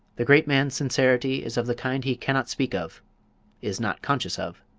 the great man's sincerity is of the kind he cannot speak of is not conscious of.